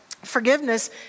Forgiveness